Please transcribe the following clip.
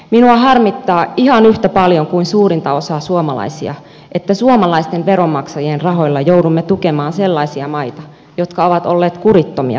minua harmittaa ihan yhtä paljon kuin suurinta osaa suomalaisia että suomalaisten veronmaksajien rahoilla joudumme tukemaan sellaisia maita jotka ovat olleet kurittomia taloudenpitäjiä